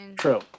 True